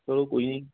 ਚਲੋ ਕੋਈ ਨਹੀਂ